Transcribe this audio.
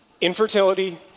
infertility